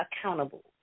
accountable